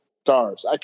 stars